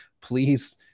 please